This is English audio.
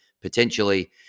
potentially –